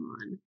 on